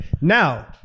Now